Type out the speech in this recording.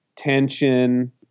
tension